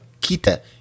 Kita